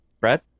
Brett